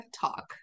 talk